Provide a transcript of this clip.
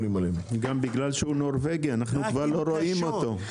גם בגלל שהוא נורבגי אנחנו כבר לא רואים אותו.